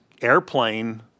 airplane